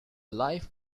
life